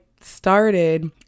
started